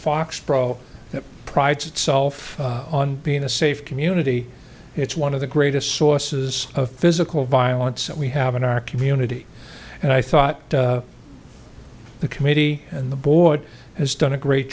that prides itself on being a safe community it's one of the greatest sources of physical violence that we have in our community and i thought the committee and the board has done a great